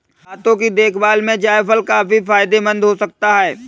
दांतों की देखभाल में जायफल काफी फायदेमंद हो सकता है